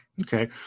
Okay